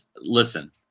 listen